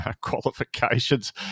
qualifications